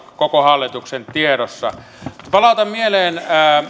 koko hallituksenkin tiedossa palautan mieleen